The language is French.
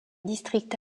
districts